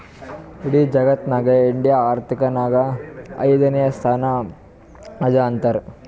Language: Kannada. ಇಡಿ ಜಗತ್ನಾಗೆ ಇಂಡಿಯಾ ಆರ್ಥಿಕ್ ನಾಗ್ ಐಯ್ದನೇ ಸ್ಥಾನ ಅದಾ ಅಂತಾರ್